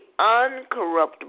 uncorruptible